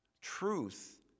Truth